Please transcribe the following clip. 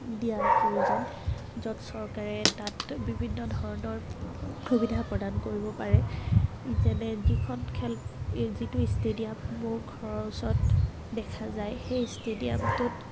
দিয়াৰ প্ৰয়োজন য'ত চৰকাৰে তাত বিভিন্ন ধৰণৰ সুবিধা প্ৰদান কৰিব পাৰে যেনে যিখন খেল যিটো ষ্টেডিয়াম মোৰ ঘৰৰ ওচৰত দেখা যায় সেই ষ্টেডিয়ামটোত